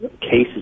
cases